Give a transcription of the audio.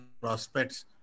prospects